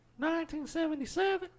1977